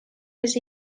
les